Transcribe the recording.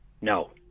No